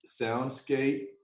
Soundscape